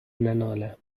ننالم